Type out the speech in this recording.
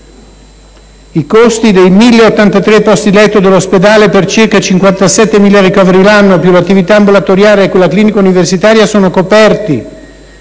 I costi dei 1.083 posti letto dell'ospedale, per circa 57.000 ricoveri l'anno, più l'attività ambulatoriale e quella clinico-universitaria, sono coperti